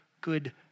good